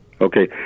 Okay